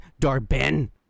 Darben